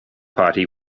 party